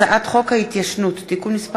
הצעת חוק ההתיישנות (תיקון מס'